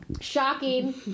shocking